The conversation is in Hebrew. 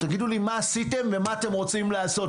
תגידו לי מה עשיתם ומה אתם רוצים לעשות.